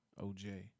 OJ